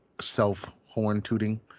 self-horn-tooting